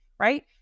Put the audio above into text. Right